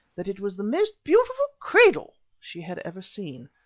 that it was the most beautiful cradle she had ever seen.